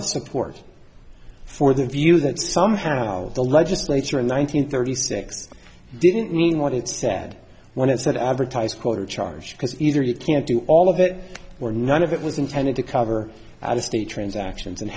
of support for the view that somehow the legislature in one thousand thirty six didn't mean what it said when it said advertise quarter charge because either you can't do all of it or none of it was intended to cover the state transactions and